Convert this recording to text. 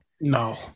No